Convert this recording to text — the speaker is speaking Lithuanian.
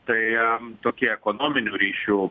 tai tokie ekonominių ryšių